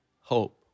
hope